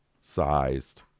sized